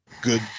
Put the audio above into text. good